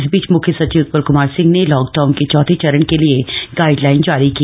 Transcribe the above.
इस बीच मुख्य सचिव उत्पल क्मार सिंह ने लॉकडाउन के चौथे चरण के लिए गाइडलाइन जारी की